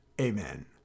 Amen